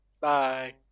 Bye